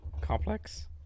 complex